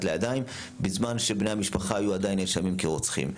לידיים בזמן שבני המשפחה היו עדיין נאשמים כרוצחים.